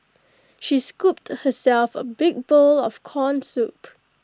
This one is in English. she scooped herself A big bowl of Corn Soup